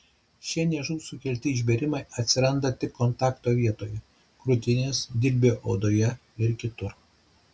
šie niežų sukelti išbėrimai atsiranda tik kontakto vietoje krūtinės dilbio odoje ar kitur